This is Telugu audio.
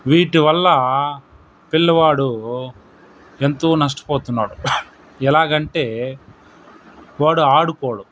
వీటివల్ల పిల్లవాడు ఎంతో నష్టపోతున్నాడు ఎలాగంటే వాడు ఆడుకోడు